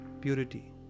purity